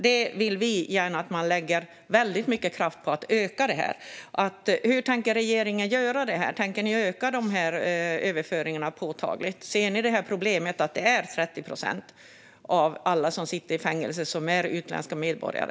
Vi vill gärna att man lägger väldigt mycket kraft på att öka detta. Hur tänker regeringen göra när det gäller detta? Tänker ni öka överföringarna påtagligt? Ser ni att det är ett problem att 30 procent av alla som sitter i fängelse är utländska medborgare?